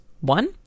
One